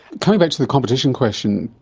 coming back to the competition question,